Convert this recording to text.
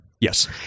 yes